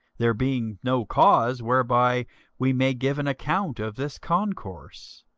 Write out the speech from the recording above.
there being no cause whereby we may give an account of this concourse.